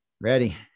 Ready